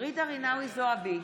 ג'ידא רינאוי זועבי,